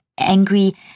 angry